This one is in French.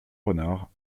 renards